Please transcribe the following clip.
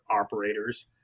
operators